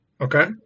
Okay